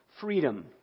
freedom